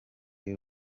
y’u